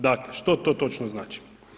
Dakle, što to točno znači?